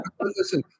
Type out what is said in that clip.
Listen